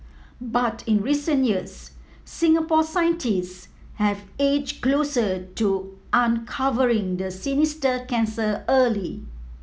but in recent years Singapore scientists have edged closer to uncovering the sinister cancer early